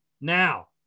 Now